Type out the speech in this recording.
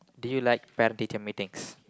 do you like parent teacher meetings